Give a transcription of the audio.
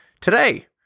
Today